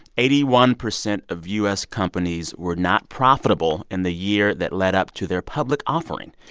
eighty one percent of u s. companies were not profitable in the year that led up to their public offering.